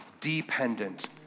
dependent